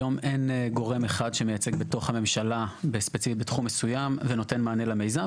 היום אין גורם אחד שמייצג בתוך הממשלה בתחום מסוים ונותן מענה למיזם,